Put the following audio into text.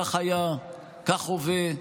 כך היה, כך הווה,